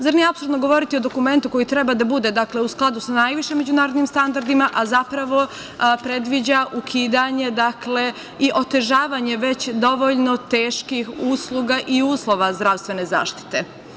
Zar nije apsurdno govoriti o dokumentu koji treba da bude u skladu sa najvišim međunarodnim standardima, a zapravo, predviđa ukidanje i otežavanje već dovoljno teških usluga i uslova zdravstvene zaštite.